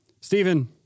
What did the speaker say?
Stephen